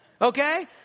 Okay